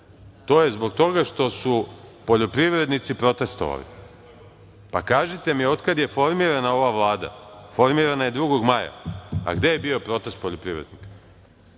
to je zbog toga što su poljoprivrednici protestvovali. Pa, kažite mi od kada je formirana ova Vlada, formirana je 2. maja, gde je bio protest poljoprivrednika?